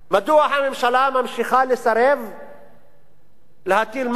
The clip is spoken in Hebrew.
מדוע הממשלה ממשיכה לסרב להטיל מס עיזבון?